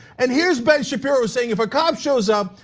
and here's ben shapiro saying, if a cop shows up,